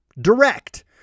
direct